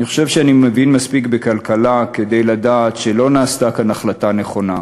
אני חושב שאני מבין מספיק בכלכלה כדי לדעת שלא הייתה כאן החלטה נכונה.